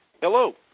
Hello